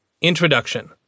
Introduction